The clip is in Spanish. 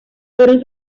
fueron